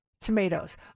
tomatoes